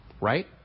Right